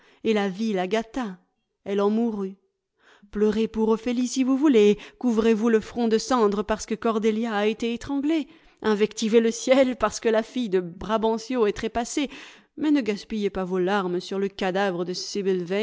et la vie la gâta elle en mourut pleurez pour ophélie si vous voulez couvrez vous le front de cendres parce que cordelia a été étranglée invectivez le ciel parce que la fille de brabantio est trépassée mais ne gaspillez pas vos larmes sur le cadavre de